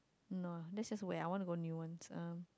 no ah that is just where I want to go new ones um